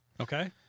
Okay